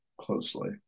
closely